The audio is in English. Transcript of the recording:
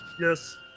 Yes